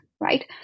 right